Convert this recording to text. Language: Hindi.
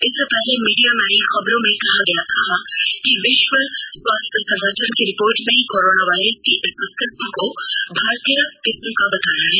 इससे पहले मीडिया में आई खबरों में कहा गया था कि विश्व स्वास्थ्य संगठन की रिपोर्ट में कोरोना वायरस की इस किस्म को भारतीय किस्म बताया है